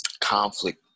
conflict